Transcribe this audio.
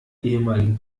ehemaligen